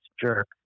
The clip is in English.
jerk